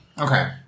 Okay